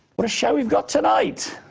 what a show we've got tonight.